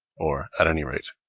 or, at any rate,